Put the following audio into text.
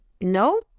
no